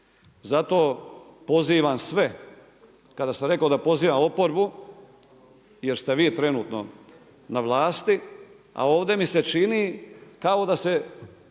Zato pozivam sve, kada sam rekao da pozivam oporbu, jer ste vi trenutno na vlasti, a ovdje mi se čini kao da se